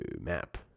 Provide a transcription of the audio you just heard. map